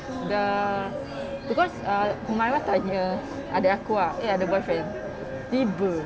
the because err humairah tanya adik aku ah eh ada boyfriend tiba-tiba